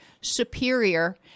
superior